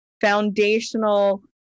foundational